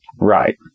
Right